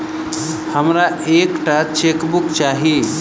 हमरा एक टा चेकबुक चाहि